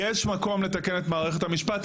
יש מקום לתקן את מערכת המשפט,